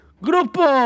Grupo